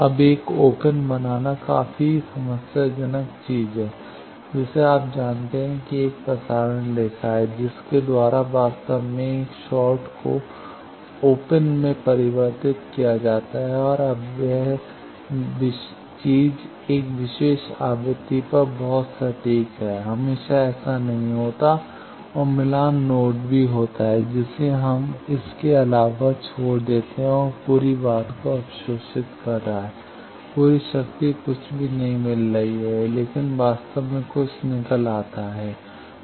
अब एक ओपन बनाना काफी समस्याजनक चीज है जिसे आप जानते हैं कि एक प्रसारण रेखा है जिसके द्वारा वास्तव में एक शॉर्ट को ओपन में परिवर्तित किया जाता है और अब वह चीज एक विशेष आवृत्ति पर बहुत सटीक है हमेशा ऐसा नहीं होता है और मिलान लोड भी होता है जिसे हम इसके अलावा छोड़ देते हैं पूरी बात को अवशोषित कर रहा है पूरी शक्ति कुछ भी नहीं निकल रही है लेकिन वास्तव में कुछ निकल आता है